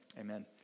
Amen